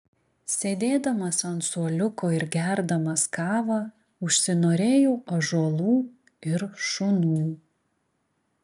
sėdėdamas ant suoliuko ir gerdamas kavą užsinorėjau ąžuolų ir šunų